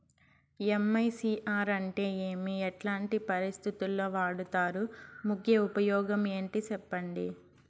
MICR అంటే ఏమి? ఎట్లాంటి పరిస్థితుల్లో వాడుతారు? ముఖ్య ఉపయోగం ఏంటి సెప్పండి?